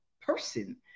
person